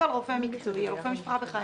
אף-אוזן-גרון או לרופא עור הוא לא יכול.